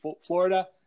Florida